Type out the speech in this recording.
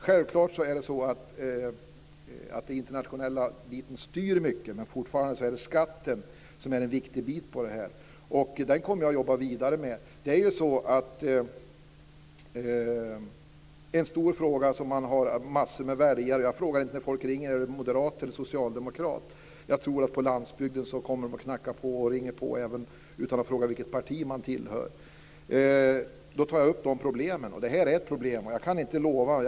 Självklart är det så att det internationella styr mycket, men fortfarande är också skatten en viktig bit i det här. Den kommer jag att jobba vidare med. Det är en stor fråga för massor av väljare. Jag frågar inte när folk ringer om de är moderater eller socialdemokrater. På landsbygden tror jag att de kommer och knackar på och ringer på utan att fråga vilket parti man tillhör för att ta upp dessa problem. För det är ett problem, och jag kan inte lova något.